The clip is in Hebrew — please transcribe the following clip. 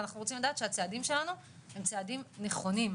ואנחנו רוצים לדעת שהצעדים שלנו הם צעדים נכונים.